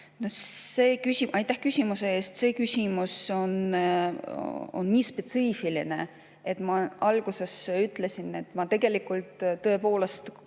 See küsimus on liiga spetsiifiline. Ma alguses ütlesin, et tegelikult tõepoolest,